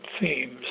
themes